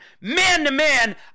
man-to-man